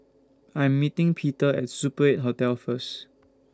I Am meeting Peter At Super eight Hotel First